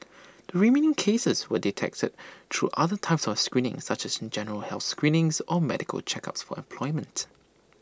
the remaining cases were detected through other types of screening such as general health screening or medical checks for employment